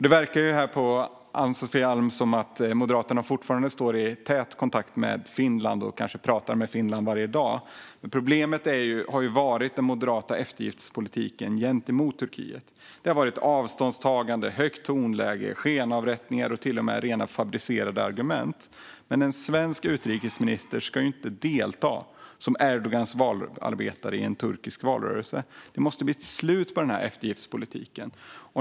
Det verkar på Ann-Sofie Alm som att Moderaterna fortfarande står i tät kontakt med Finland och kanske pratar med Finland varje dag. Problemet har ju varit den moderata eftergiftspolitiken gentemot Turkiet. Det har varit avståndstagande, högt tonläge, skenavrättningar och till och med rent fabricerade argument. En svensk utrikesminister ska inte delta som Erdogans valarbetare i en turkisk valrörelse. Det måste bli ett slut på denna eftergiftspolitik.